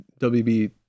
WB